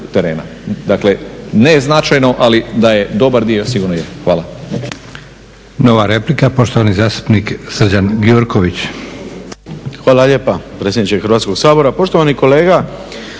terena. Dakle, ne značajno, ali da je dobar dio sigurno je. Hvala.